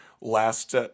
last